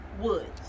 woods